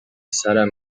سرم